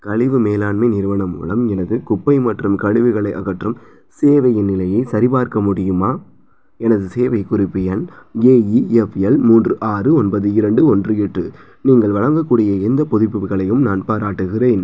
கழிவு மேலாண்மை நிறுவனம் மூலம் எனது குப்பை மற்றும் கழிவுகளை அகற்றும் சேவையின் நிலையை சரிபார்க்க முடியுமா எனது சேவை குறிப்பு எண் ஏஇஎஃப்எல் மூன்று ஆறு ஒன்பது இரண்டு ஒன்று எட்டு நீங்கள் வழங்கக்கூடிய எந்த புதுப்பிப்புகளையும் நான் பாராட்டுகிறேன்